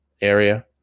area